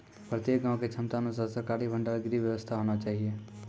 प्रत्येक गाँव के क्षमता अनुसार सरकारी भंडार गृह के व्यवस्था होना चाहिए?